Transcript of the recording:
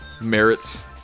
merits